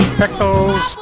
pickles